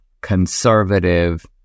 conservative